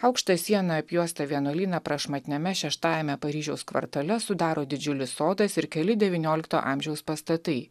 aukšta siena apjuostą vienuolyną prašmatniame šeštajame paryžiaus kvartale sudaro didžiulis sodas ir keli devyniolikto amžiaus pastatai